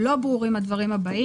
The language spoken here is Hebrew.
לא ברורים הדברים הבאים.